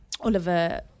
Oliver